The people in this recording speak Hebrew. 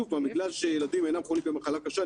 בגלל שילדים אינם חולים במחלה קשה,